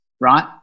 right